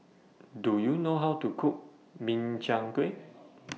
Do YOU know How to Cook Min Chiang Kueh